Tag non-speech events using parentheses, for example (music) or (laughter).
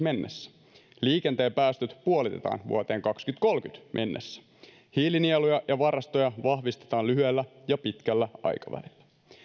(unintelligible) mennessä liikenteen päästöt puolitetaan vuoteen kaksituhattakolmekymmentä mennessä hiilinieluja ja varastoja vahvistetaan lyhyellä ja pitkällä aikavälillä